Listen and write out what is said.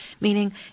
Meaning